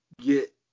get